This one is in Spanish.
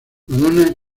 madonna